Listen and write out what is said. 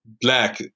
black